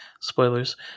spoilers